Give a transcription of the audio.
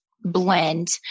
blend